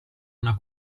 una